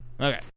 Okay